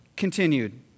continued